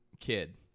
kid